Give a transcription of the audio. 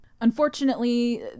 Unfortunately